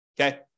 okay